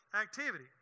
activity